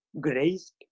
graced